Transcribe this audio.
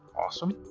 awesome.